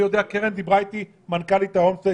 דיברתי עם קרן מנכ"לית הולמס פלייס,